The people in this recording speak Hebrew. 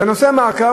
נושא המאגר,